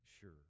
sure